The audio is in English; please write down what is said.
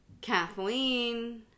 kathleen